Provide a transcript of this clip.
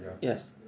Yes